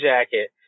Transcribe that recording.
jacket